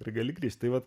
ir gali kviesti vat